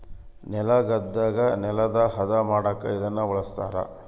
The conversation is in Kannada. ನೆಲಗದ್ದೆಗ ನೆಲನ ಹದ ಮಾಡಕ ಇದನ್ನ ಬಳಸ್ತಾರ